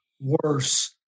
worse